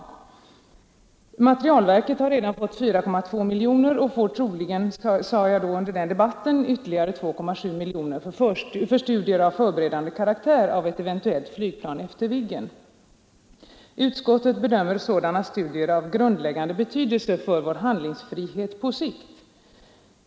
Materielverket har redan fått 4,2 miljoner kronor och får troligen” sade jag under den debatten — ”ytterligare 2,7 miljoner för studier av förberedande karaktär av ett flygplan efter Viggen. Utskottet bedömer sådana studier vara av grundläggande betydelse för vår handlingsfrihet på sikt.